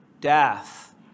death